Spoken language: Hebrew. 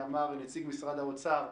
שאמר נציג משרד האוצר,